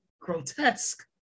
grotesque